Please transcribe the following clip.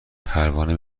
پروانه